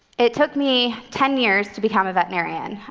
it took me ten years to become a veterinarian.